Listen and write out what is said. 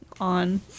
on